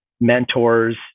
mentors